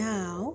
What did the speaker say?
Now